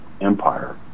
Empire